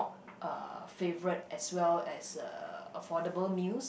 uh favourite as well as uh affordable meals